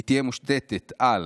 היא תהיה מושתתת על